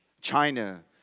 China